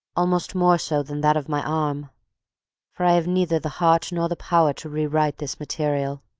almost more so than that of my arm for i have neither the heart nor the power to rewrite this material.